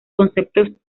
conceptos